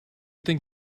think